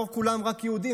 לא כולם רק יהודים,